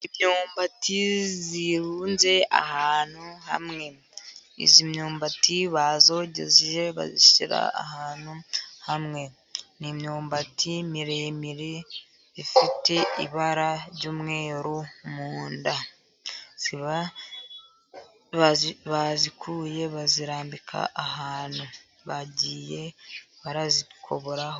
Imyumbati irunze ahantu hamwe. Iyi myumbati bayogeje bayishyira ahantu hamwe. Ni imyumbati miremire, ifite ibara ry'umweru mu nda. Bayikuye bayirambika ahantu, bagiye barayikoboraho.